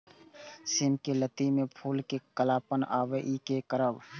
सिम के लत्ती में फुल में कालापन आवे इ कि करब?